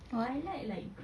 why